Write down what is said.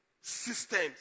systems